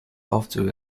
aufzüge